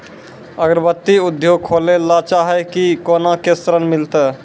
अगरबत्ती उद्योग खोले ला चाहे छी कोना के ऋण मिलत?